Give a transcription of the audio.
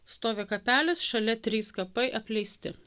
stovi kapelis šalia trys kapai apleisti